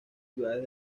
ciudades